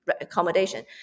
accommodation